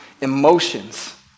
emotions